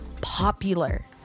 popular